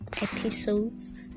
episodes